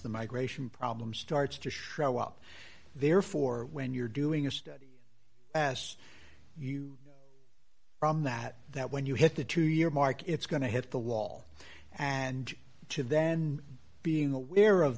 the migration problem starts to show up therefore when you're doing a study last you from that that when you hit the two year mark it's going to hit the wall and to then being aware of